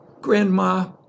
Grandma